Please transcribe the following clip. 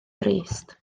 drist